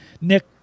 Nick